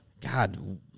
God